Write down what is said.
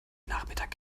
nachmittag